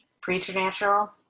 Preternatural